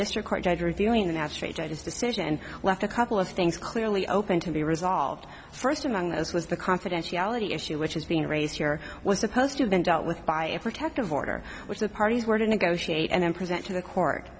district court judge reviewing the magistrate judge's decision and left a couple of things clearly open to be resolved first among those was the confidentiality issue which is being raised here was supposed to have been dealt with by a protective order which the parties were to negotiate and present to the court